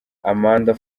amanda